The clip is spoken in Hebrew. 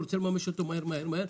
אתה רוצה לממש אותו מהר מהר מהר,